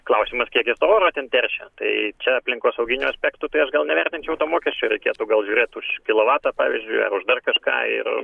klausimas kiek jis to oro ten teršia tai čia aplinkosauginiu aspektu tai aš gal nevertinčiau to mokesčio reikėtų žiūrėt už kilovatą pavyzdžiui ar už dar kažką ir